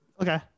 Okay